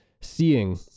seeing